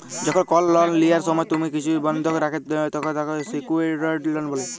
যখল কল লন লিয়ার সময় তুমি কিছু বনধক রাখে ল্যয় তখল তাকে স্যিক্যুরড লন বলে